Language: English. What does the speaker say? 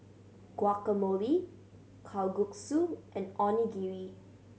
Guacamole Kalguksu and Onigiri